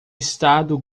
estado